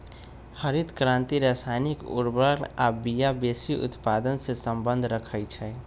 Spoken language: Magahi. हरित क्रांति रसायनिक उर्वर आ बिया वेशी उत्पादन से सम्बन्ध रखै छै